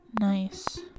Nice